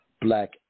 Black